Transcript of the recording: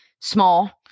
small